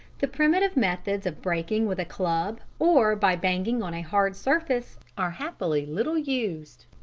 the primitive methods of breaking with a club or by banging on a hard surface are happily little used.